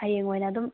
ꯍꯌꯦꯡ ꯑꯣꯏꯅ ꯑꯗꯨꯝ